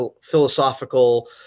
philosophical